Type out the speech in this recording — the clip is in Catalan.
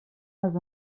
les